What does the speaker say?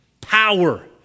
power